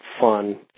fun